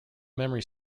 memory